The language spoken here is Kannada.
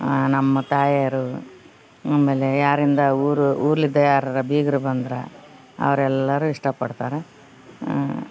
ನಮ್ಮ ತಾಯರು ಆಮೇಲೆ ಯಾರಿಂದ ಊರು ಊರ್ಲಿದ್ದ ಯಾರರ ಬೀಗ್ರ ಬಂದ್ರ ಅವರೆಲ್ಲರು ಇಷ್ಟ ಪಡ್ತಾರೆ